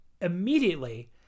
immediately